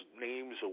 names